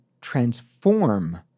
transform